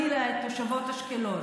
ומקפחות חלילה את תושבות אשקלון.